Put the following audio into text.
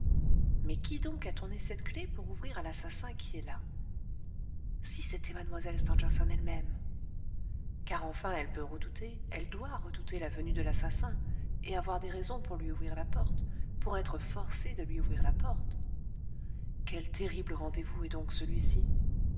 mais qui donc a tourné cette clef pour ouvrir à l'assassin qui est là si c'était mlle stangerson ellemême car enfin elle peut redouter elle doit redouter la venue de l'assassin et avoir des raisons pour lui ouvrir la porte pour être forcée de lui ouvrir la porte quel terrible rendez-vous est donc celui-ci